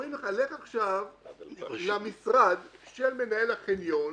אומרים לך: לך עכשיו למשרד של מנהל החניון.